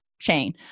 chain